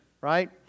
right